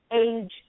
age